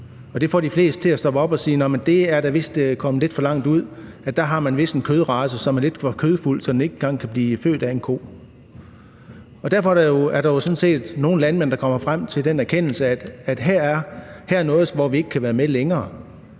får de fleste til at stoppe op sige: Nå, men det er da vist kommet lidt for langt ud, og at der har man vist en kødrace, som er så kødfuld, at den ikke engang kan blive født af en ko. Derfor er der jo sådan set nogle landmænd, der kommer frem til den erkendelse, at her er noget, hvor de ikke længere kan være